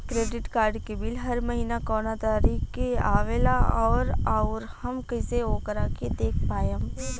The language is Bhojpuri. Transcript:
क्रेडिट कार्ड के बिल हर महीना कौना तारीक के आवेला और आउर हम कइसे ओकरा के देख पाएम?